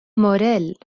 موريل